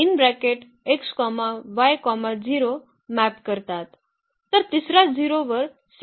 तर तिसरा 0 वर सेट केला जाईल